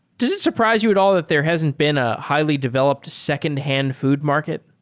does it surprise you at all that there hasn't been a highly developed secondhand food market?